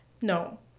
no